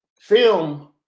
film